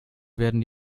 werden